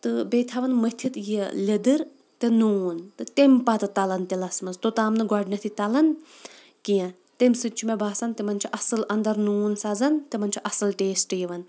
تہٕ بیٚیہِ تھَوان مٔتھِتھ یہِ لیٚدٕر تہٕ نوٗن تہٕ تیٚمہِ پَتہٕ تَلان تِلَس منٛز توٚتام نہٕ گۄڈٕنٮ۪تھٕے تَلان کینٛہہ تمہِ سۭتۍ چھُ مےٚ باسان تِمَن چھُ اَصٕل اَندَر نوٗن سَزان تِمَن چھُ اَصٕل ٹیسٹ یِوان